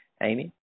Amy